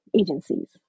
agencies